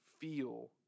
feel